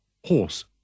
Horse